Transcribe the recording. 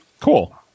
Cool